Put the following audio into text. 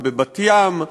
ובבת-ים,